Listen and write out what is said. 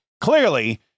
clearly